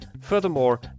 Furthermore